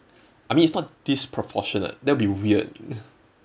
I mean it's not disproportionate that'll be weird